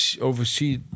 oversee